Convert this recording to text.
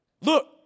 Look